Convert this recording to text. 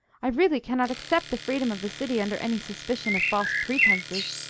i really cannot accept the freedom of the city under any suspicion of false pretences.